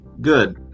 Good